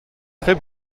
très